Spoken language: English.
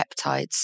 peptides